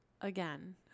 again